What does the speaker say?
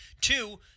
Two